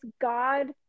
God